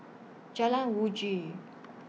Jalan Uji